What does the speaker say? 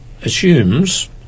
assumes